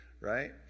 right